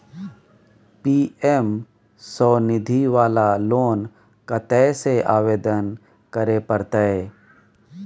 PM Svanidhi वाला loan कत्ते से आवेदन करे परतै?